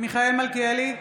מיכאל מלכיאלי,